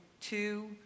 two